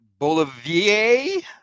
Bolivier